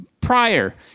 prior